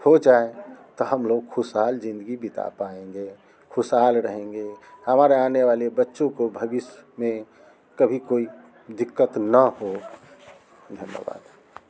हो जाए तो हम लोग खुशहाल जिंदगी बिता पाएंगे खुशहाल रहेंगे हमारे आने वाले बच्चों को भविष्य में कभी कोई दिक्कत ना हो धन्यवाद